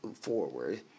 forward